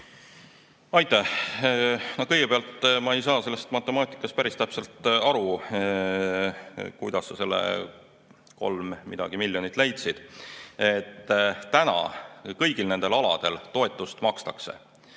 Aitäh! No kõigepealt, ma ei saa sellest matemaatikast päris täpselt aru, kuidas sa selle kolm midagi miljonit leidsid. Praegu makstakse kõigil nendel aladel toetust,